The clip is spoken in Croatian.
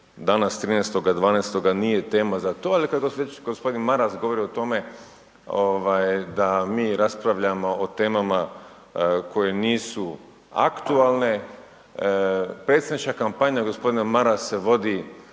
danas 13.12. nije tema za to, ali kada već gospodin Maras govori o tome da mi raspravljamo o temama koje nisu aktualne. Predsjednička kampanja gospodine Maras se vodi